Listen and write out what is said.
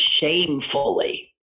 shamefully